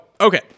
okay